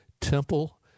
temple